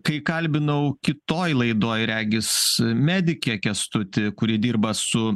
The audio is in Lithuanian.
kai kalbinau kitoj laidoj regis medikę kęstuti kuri dirba su